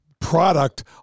product